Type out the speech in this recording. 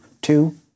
Two